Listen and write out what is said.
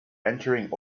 entering